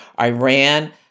Iran